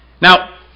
Now